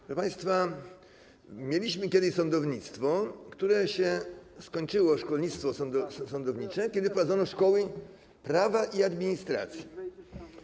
Proszę państwa, mieliśmy kiedyś sądownictwo, które się skończyło, szkolnictwo sądownicze, kiedy wprowadzono szkoły prawa i administracji.